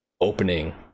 opening